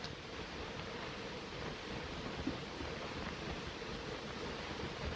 so